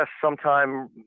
sometime